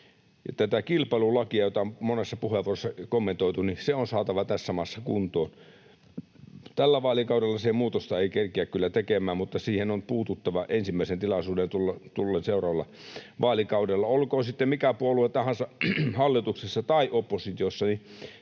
tämä kilpailulaki, jota on monessa puheenvuorossa kommentoitu, on saatava tässä maassa kuntoon. Tällä vaalikaudella sitä muutosta ei kerkeä kyllä tekemään, mutta siihen on puututtava ensimmäisen tilaisuuden tullen seuraavalla vaalikaudella. Olkoon sitten mikä puolue tahansa hallituksessa tai oppositiossa,